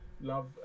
love